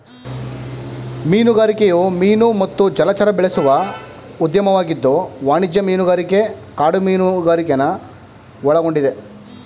ಮೀನುಗಾರಿಕೆಯು ಮೀನು ಮತ್ತು ಜಲಚರ ಬೆಳೆಸುವ ಉದ್ಯಮವಾಗಿದ್ದು ವಾಣಿಜ್ಯ ಮೀನುಗಾರಿಕೆ ಕಾಡು ಮೀನುಗಾರಿಕೆನ ಒಳಗೊಂಡಿದೆ